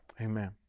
Amen